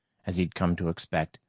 as he'd come to expect,